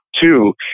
Two